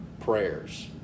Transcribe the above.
prayers